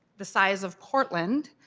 the size of portland